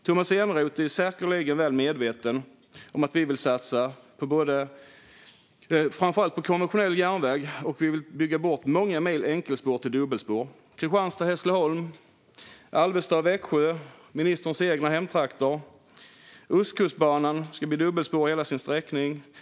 Tomas Eneroth är säkerligen väl medveten om att vi vill satsa på framför allt konventionell järnväg, och vi vill bygga om många enkelspår till dubbelspår. Det gäller Kristianstad-Hässleholm och Alvesta-Växjö - ministerns egna hemtrakter. Ostkustbanan ska bli dubbelspårig i hela sin sträckning.